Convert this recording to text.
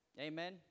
Amen